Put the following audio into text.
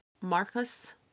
Marcus